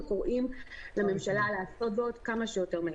וקוראים לממשלה לעשות זאת כמה שיותר מהר.